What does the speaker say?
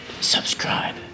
Subscribe